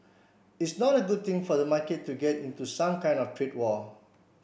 it's not a good thing for the market to get into some kind of trade war